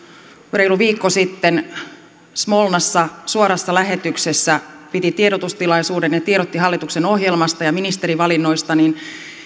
reilu viikko sitten smolnassa suorassa lähetyksessä piti tiedotustilaisuuden ja tiedotti hallituksen ohjelmasta ja ministerivalinnoista niin